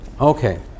Okay